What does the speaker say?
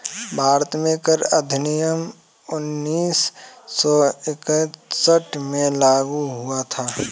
भारत में कर अधिनियम उन्नीस सौ इकसठ में लागू हुआ था